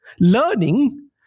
learning